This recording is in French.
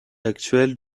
actuelle